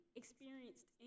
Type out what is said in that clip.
experienced